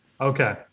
Okay